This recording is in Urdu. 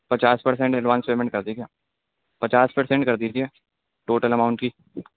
پچاس پرسنٹ ایڈوانس پیمنٹ کر دیجیے پچاس پرسنٹ کر دیجیے ٹوٹل اماؤنٹ کی